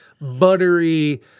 buttery